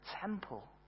temple